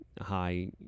high